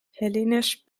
hellenisch